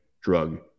Drug